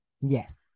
Yes